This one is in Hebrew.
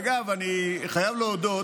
אגב, אני חייב להודות